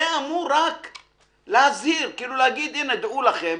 זה אמור רק להזהיר, להגיד: הנה, דעו לכם,